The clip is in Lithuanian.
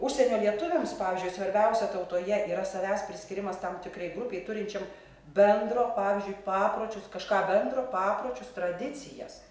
užsienio lietuviams pavyzdžiui svarbiausia tautoje yra savęs priskyrimas tam tikrai grupei turinčiam bendro pavyzdžiui papročius kažką bendro papročius tradicijas